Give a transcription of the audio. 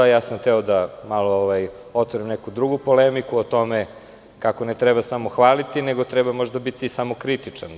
Hteo sam da malo otvorim neku drugu polemiku o tome kako ne treba samo hvaliti, nego treba možda biti samokritičan.